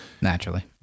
naturally